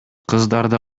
кыздарды